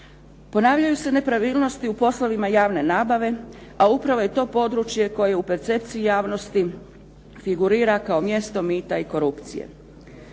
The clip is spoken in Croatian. Ponavljaju se nepravilnosti u poslovima javne nabave, a upravo je to područje koje u percepciji javnosti figurira kao mjesto mita i korupcije.